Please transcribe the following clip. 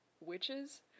witches